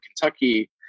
Kentucky